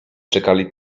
czekali